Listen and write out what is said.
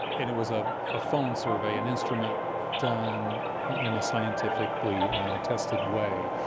and it was ah a phone survey, and instrument done in a scientifically tested way.